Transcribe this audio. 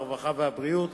הרווחה והבריאות.